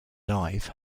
live